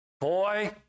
Boy